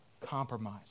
compromise